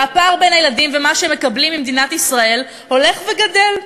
והפער בין הילדים ומה שהם מקבלים ממדינת ישראל הולך וגדל.